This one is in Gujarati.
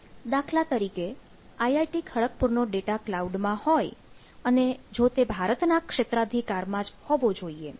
દાખલા તરીકે IIT Kharagpur નો ડેટા ક્લાઉડમાં હોય અને તે ભારતના ક્ષેત્રાધિકાર માં જ હોવો જોઈએ